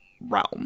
realm